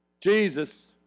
Jesus